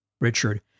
Richard